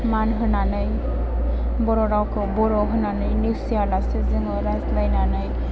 मान होनानै बर' रावखौ बर' होननानै नेवसिया लासे जोङो रायज्लायनानै